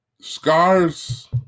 scars